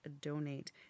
donate